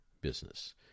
business